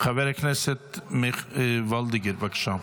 חברת הכנסת מיכל וולדיגר, בבקשה.